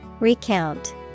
Recount